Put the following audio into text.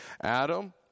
Adam